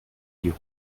die